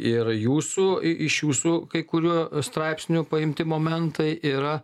ir jūsų i iš jūsų kai kurių straipsnių paimti momentai yra